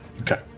Okay